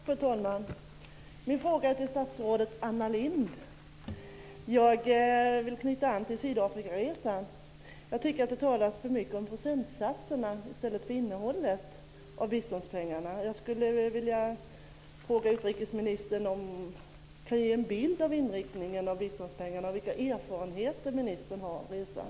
Fru talman! Min fråga går till statsrådet Anna Jag vill knyta an till Sydafrikaresan. Jag tycker att det talas för mycket om procentsatserna i stället för om innehållet när det gäller biståndspengarna. Jag skulle vilja fråga utrikesministern om hon kan ge en bild av inriktningen av biståndspengarna, vilka erfarenheter ministern har av resan.